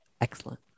excellent